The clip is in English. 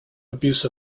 abuse